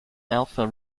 alpha